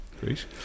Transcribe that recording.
great